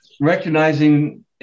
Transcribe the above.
recognizing